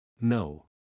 no